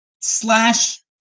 slash